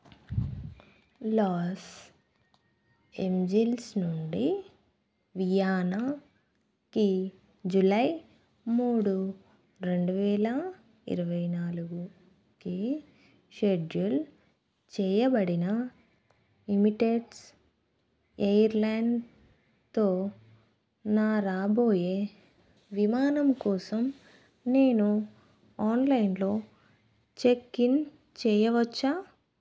loss Angeles నుండి వియెన్నాకి July మూడు రెండు వేల ఇరవై నాలుగుకి షెడ్యూల్ చెయ్యబడిన ఎమిరేట్స్ ఎయిర్లైన్తో నా రాబోయే విమానం కోసం నేను ఆన్లైన్లో చెక్ ఇన్ చెయ్యవచ్చా